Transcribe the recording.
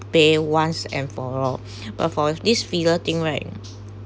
pay once and for all but for this filler thing right